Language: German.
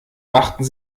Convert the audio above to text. machten